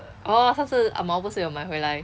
orh 上次 ah mao 不是有买回来